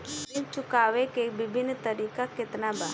ऋण चुकावे के विभिन्न तरीका केतना बा?